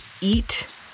eat